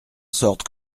sorte